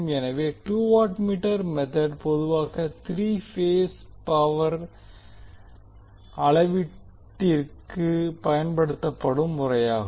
எனவே two watt meter method பொதுவாக three phase power அளவீட்டுக்கு பயன்படுத்தப்படும் முறையாகும்